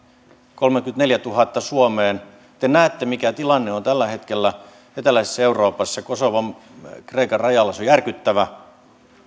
kolmeenkymmeneenneljääntuhanteen suomeen te näette mikä tilanne on tällä hetkellä eteläisessä euroopassa kosovon ja kreikan rajalla se on järkyttävä